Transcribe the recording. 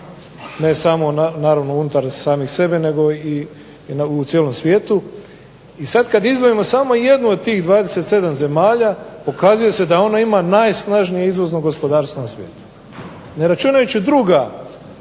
ne samo naravno unutar samih sebe nego i u cijelom svijetu i sada kada izdvojimo samo jednu od tih 27 zemalja pokazuje se da ona ima najsnažnije izvozno gospodarstvo u svijetu. Ne zbrajajući druga